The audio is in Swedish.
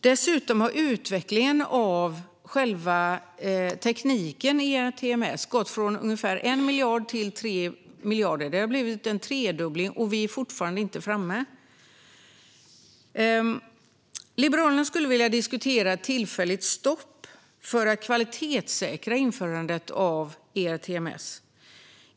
Dessutom har utvecklingskostnaden för själva tekniken i ERTMS tredubblats från ungefär 1 miljard till 3 miljarder, och vi är fortfarande inte framme. Liberalerna vill diskutera ett tillfälligt stopp för att kvalitetssäkra införandet av ERTMS.